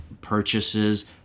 purchases